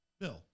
Bill